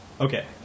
Okay